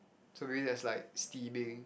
so really is like steaming